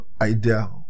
idea